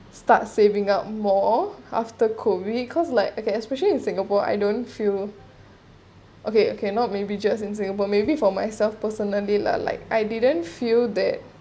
start saving up more all after COVID like okay especially in singapore I don't feel okay okay not maybe just in singapore maybe for myself personally lah like I didn't feel that